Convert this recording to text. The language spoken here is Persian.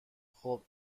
خوب